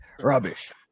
Rubbish